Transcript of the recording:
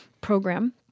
program